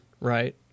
right